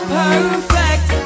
perfect